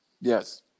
Yes